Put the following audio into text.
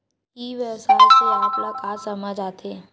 ई व्यवसाय से आप ल का समझ आथे?